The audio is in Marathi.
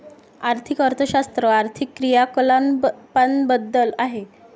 आर्थिक अर्थशास्त्र आर्थिक क्रियाकलापांबद्दल आहे